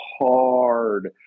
hard